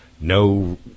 no